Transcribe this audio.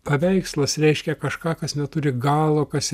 paveikslas reiškia kažką kas neturi galo kas